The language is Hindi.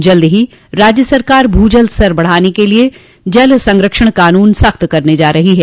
जल्दी ही राज्य सरकार भूजल स्तर बढ़ाने के लिए जल संरक्षण कानून सख्त करने जा रही है